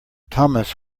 thomas